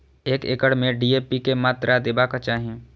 एक एकड़ में डी.ए.पी के मात्रा देबाक चाही?